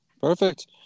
Perfect